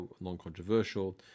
non-controversial